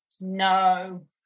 No